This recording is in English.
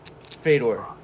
Fedor